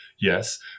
Yes